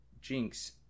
Jinx